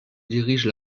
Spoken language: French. dirige